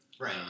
Right